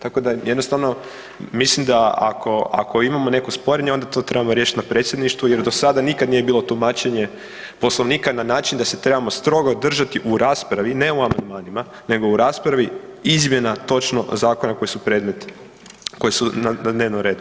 Tako da jednostavno mislim da ako imamo neko sporenje, onda to trebamo riješiti na Predsjedništvu jer do sada nikad nije bilo tumačenje Poslovnika na način da se trebamo strogo držati u raspravi, ne u amandmanima, nego u raspravi izmjena, točno Zakona koji su predmet, koji su na dnevnom redu.